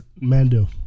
Mando